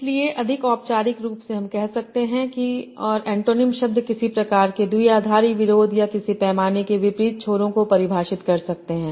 इसलिएअधिक औपचारिक रूप से हम यह कह सकते हैं कि और अन्टोनीम शब्द किसी प्रकार के द्विआधारी विरोध या किसी पैमाने के विपरीत छोरों को परिभाषित कर सकते हैं